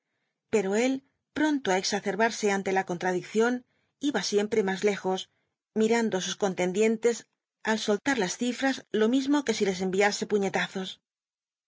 pero él pronto á exacerbarse ante la contradicción iba siempre más lejos mirando á sus contendientes al soltar las cifras lo mismo que si les enviase puñetazos